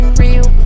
real